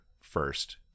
first